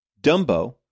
dumbo